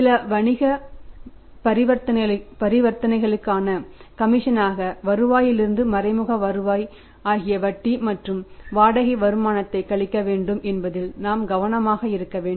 சில வணிக பரிவர்த்தனைகளுக்கான கமிஷனாக வருவாயிலிருந்து மறைமுக வருவாய் ஆகிய வட்டி மற்றும் வாடகை வருமானத்தை கழிக்க வேண்டும் என்பதில் நாம் கவனமாக இருக்க வேண்டும்